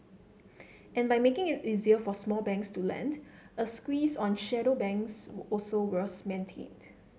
and by making it easier for small banks to lend a squeeze on shadow banks also was maintained